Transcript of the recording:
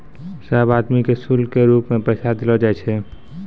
सब आदमी के शुल्क के रूप मे पैसा देलो जाय छै